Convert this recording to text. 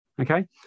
okay